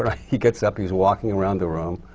ah he gets up, he's walking around the room,